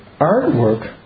artwork